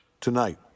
Tonight